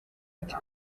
ati